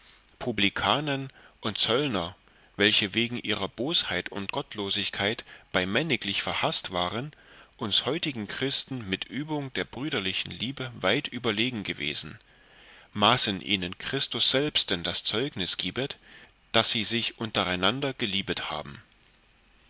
publikanen und zöllner welche wegen ihrer bosheit und gottlosigkeit bei männiglich verhaßt waren uns heutigen christen mit übung der brüderlichen liebe weit überlegen gewesen maßen ihnen christus selbsten das zeugnus gibet daß sie sich untereinander geliebet haben